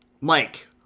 Mike